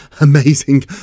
amazing